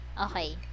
okay